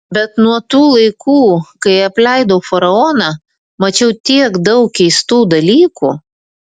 bet nuo tų laikų kai apleidau faraoną mačiau tiek daug keistų dalykų